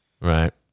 Right